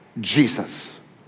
Jesus